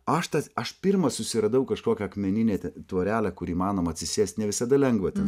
aš tas aš pirma susiradau kažkokią akmeninę tvorelę kur įmanoma atsisėst ne visada lengva ten